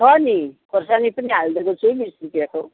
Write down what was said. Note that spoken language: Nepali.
छ नि खोर्सानी पनि हालिदिएको छु नि सुकेको